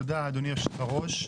תודה אדוני יושב-הראש.